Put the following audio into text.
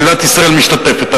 מדינת ישראל משתתפת,